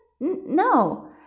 No